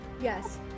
yes